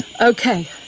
Okay